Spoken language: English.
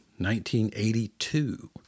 1982